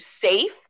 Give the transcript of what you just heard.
safe